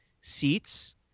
seats